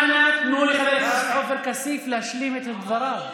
אנא תנו לחבר הכנסת עופר כסיף להשלים את דבריו.